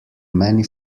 many